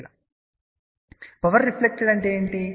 కాబట్టి power reflected అంటే ఏమిటి